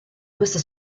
questa